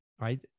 Right